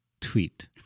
tweet